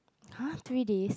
!huh! three days